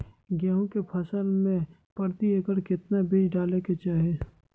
गेहूं के फसल में प्रति एकड़ कितना बीज डाले के चाहि?